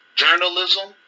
Journalism